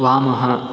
वामः